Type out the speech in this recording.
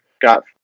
got